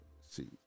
see